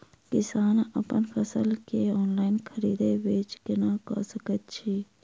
किसान अप्पन फसल केँ ऑनलाइन खरीदै बेच केना कऽ सकैत अछि?